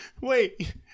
wait